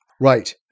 Right